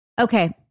Okay